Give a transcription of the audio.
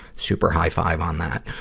super high-five on that.